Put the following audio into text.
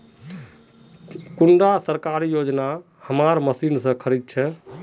कुंडा सरकारी योजना हमार मशीन से खरीद छै?